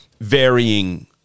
varying